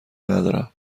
ندارم